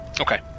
okay